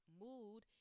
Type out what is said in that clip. mood